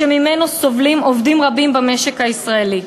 שממנו סובלים עובדים רבים במשק הישראלי.